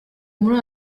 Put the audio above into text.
muri